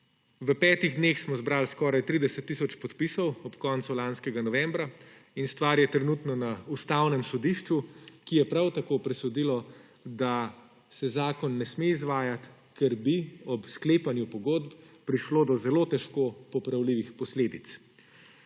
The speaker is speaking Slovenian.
novembra zbrali skoraj 30 tisoč podpisov in stvar je trenutno na Ustavnem sodišču, ki je prav tako presodilo, da se zakon ne sme izvajati, ker bi ob sklepanju pogodb prišlo do zelo težko popravljivih posledic.